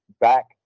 back